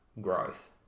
growth